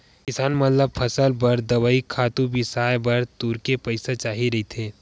किसान मन ल फसल बर दवई, खातू बिसाए बर तुरते पइसा चाही रहिथे